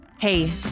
Hey